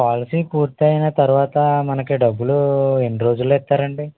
policy పూర్తయిన తరువాత మనకి డబ్బులు ఎన్ని రోజుల్లో ఇస్తారు అండి